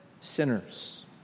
sinners